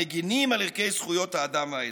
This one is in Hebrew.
המגינים על ערכי זכויות האדם והאזרח,